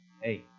hey